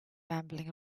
rambling